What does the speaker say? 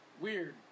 Weird